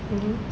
mmhmm